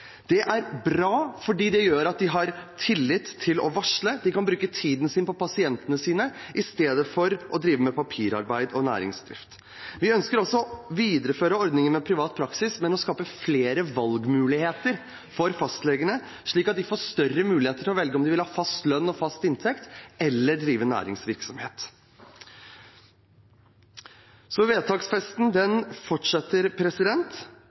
Det er bra, for det gjør at de tør å varsle, og de kan bruke tiden sin på pasientene i stedet for å drive med papirarbeid og næringsdrift. Vi ønsker også å videreføre ordningen med privat praksis, men skape flere valgmuligheter for fastlegene, slik at de får større mulighet til å velge om de vil ha fast lønn og fast inntekt eller drive næringsvirksomhet. Så vedtaksfesten fortsetter.